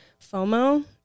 FOMO